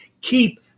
keep